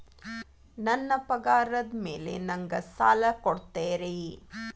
ನನ್ನ ಪಗಾರದ್ ಮೇಲೆ ನಂಗ ಸಾಲ ಕೊಡ್ತೇರಿ?